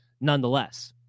nonetheless